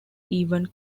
even